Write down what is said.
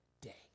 day